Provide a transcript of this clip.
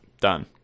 Done